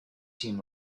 seam